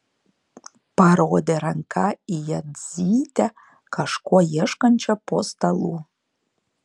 parodė ranka į jadzytę kažko ieškančią po stalu